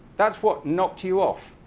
that's what knocked you off,